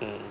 mm